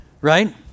right